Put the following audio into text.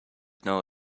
know